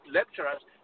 lecturers